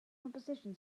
composition